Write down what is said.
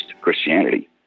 Christianity